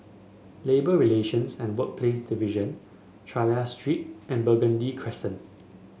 Labour Relations and Workplaces Division Chulia Street and Burgundy Crescent